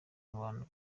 abantu